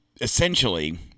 essentially